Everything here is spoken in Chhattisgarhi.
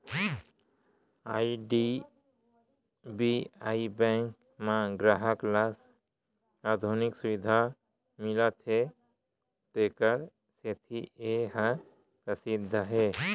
आई.डी.बी.आई बेंक म गराहक ल आधुनिक सुबिधा मिलथे तेखर सेती ए ह परसिद्ध हे